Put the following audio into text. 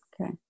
Okay